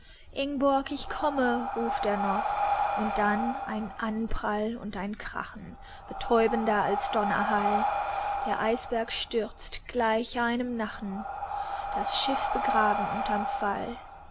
ingborg ich komme ruft er noch und dann ein anprall und ein krachen betäubender als donnerhall der eisberg stürzt gleich einem nachen das schiff begrabend unterm fall